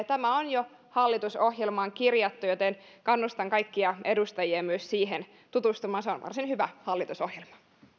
tämä on jo hallitusohjelmaan kirjattu joten kannustan kaikkia edustajia myös siihen tutustumaan se on varsin hyvä hallitusohjelma